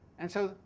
and so,